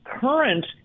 current